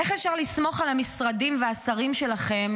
איך אפשר לסמוך על המשרדים ועל השרים שלכם,